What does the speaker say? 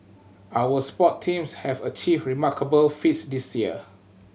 our sport teams have achieved remarkable feats this year